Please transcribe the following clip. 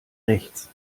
rechts